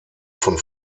von